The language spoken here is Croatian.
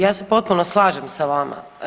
Ja se potpuno slažem sa vama.